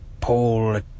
Paul